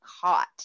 caught